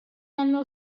hanno